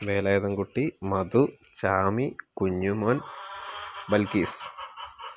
Velayudhankutty Madhu Chami Kunjumon Balkees